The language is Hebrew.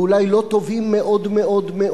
ואולי לא טובים מאוד-מאוד-מאוד,